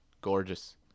Gorgeous